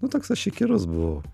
tu toks aš įkyrus buvau